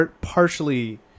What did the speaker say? partially